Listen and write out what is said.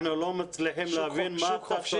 אנחנו לא מצליחים להבין מה אתה טוען.